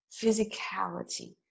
physicality